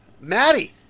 Maddie